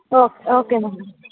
okay okay madam